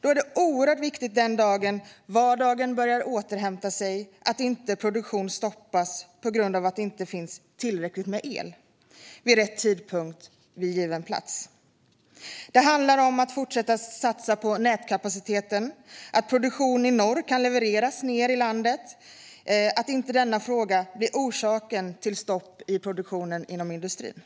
Då är det oerhört viktigt den dagen vardagen börjar återhämta sig att inte produktion stoppas på grund av att det inte finns tillräckligt med el vid rätt tidpunkt och på given plats. Det handlar om att fortsätta satsa på nätkapaciteten, att produktion i norr kan levereras ned i landet och att inte denna fråga blir orsaken till stopp i produktionen inom industrin.